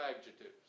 adjectives